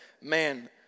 man